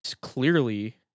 clearly